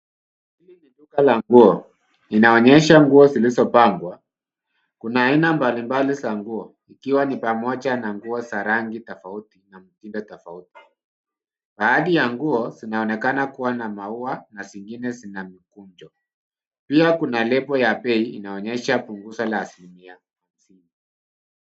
Hili ni duka la nguo. Linaonyesha nguo zilizopangwa. Kuna aina mbalimbali za nguo ikiwa ni pamoja na nguo za rangi tofauti na mitindo tofauti. Baadhi ya nguo zinaonekana kuwa na maua na zingine zina mikunjo. Pia kuna lebo ya bei inaonyesha punguzo la asilimia.